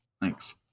thanks